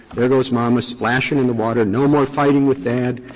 there goes mama splashing in the water, no more fighting with dad.